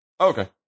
Okay